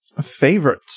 Favorite